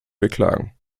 beklagen